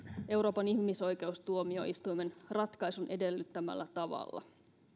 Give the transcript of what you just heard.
euroopan ihmisoikeustuomioistuimen ratkaisun edellyttämällä tavalla